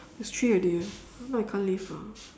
it's three already eh now I can't leave ah